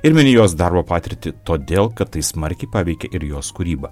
ir miniu jos darbo patirtį todėl kad tai smarkiai paveikė ir jos kūrybą